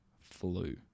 flu